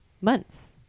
months